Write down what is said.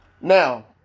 now